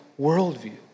worldview